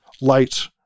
light